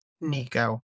Nico